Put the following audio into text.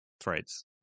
threads